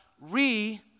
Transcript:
re